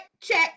check